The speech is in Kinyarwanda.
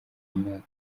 umwaka